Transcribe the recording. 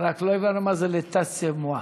רק לא הבנו מה זה L'Etat ce moi.